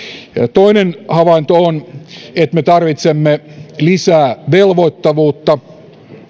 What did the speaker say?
toinen havainto on että me tarvitsemme lisää velvoittavuutta